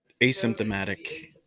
asymptomatic